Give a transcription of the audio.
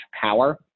power